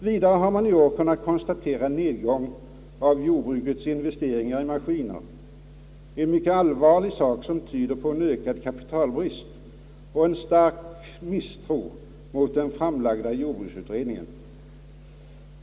Vidare har man i år kunnat konstatera en nedgång av jordbrukets investeringar i maskiner — en allvarlig sak som tyder på ökad kapitalbrist och en stark misstro mot den framlagda jordbruksutredningen.